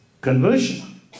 conversion